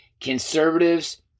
conservatives